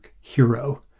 hero